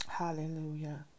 Hallelujah